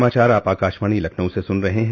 यह समाचार आप आकाशवाणी लखनऊ से सुन रहे हैं